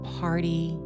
party